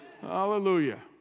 Hallelujah